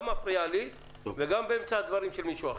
גם מפריע לי וגם באמצע הדברים של מישהו אחר.